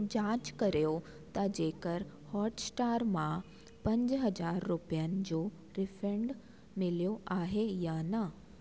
जांच करियो त जेकर हॉटस्टार मां पंज हज़ार रुपियनि जो रीफंड मिलियो आहे या न